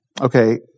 Okay